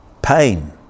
Pain